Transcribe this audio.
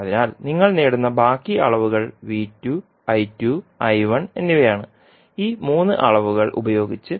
അതിനാൽ നിങ്ങൾ നേടുന്ന ബാക്കി അളവുകൾ എന്നിവയാണ് ഈ മൂന്ന് അളവുകൾ ഉപയോഗിച്ച് നിങ്ങൾ